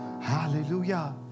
Hallelujah